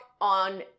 on